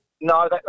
No